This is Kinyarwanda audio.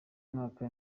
mwaka